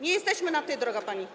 Nie jesteśmy na ty, droga pani.